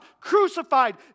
crucified